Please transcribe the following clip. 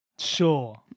Sure